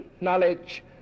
knowledge